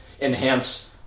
enhance